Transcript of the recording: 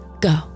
go